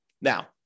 Now